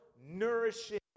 nourishing